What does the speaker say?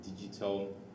digital